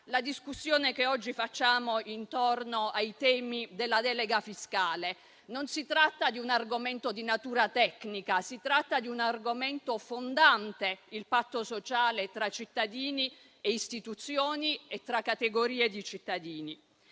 la discussione che oggi facciamo intorno ai temi della delega fiscale. Non si tratta di un argomento di natura tecnica, bensì di un argomento fondante il patto sociale tra cittadini e istituzioni e tra categorie di cittadini.